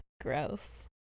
Gross